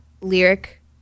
lyric